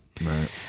Right